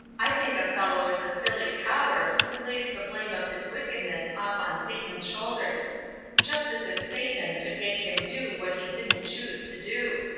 i think a fellow is a silly coward who lays the blame of his wickedness off on satan's shoulders just as if satan could make him do what he didn't choose to do!